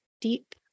deep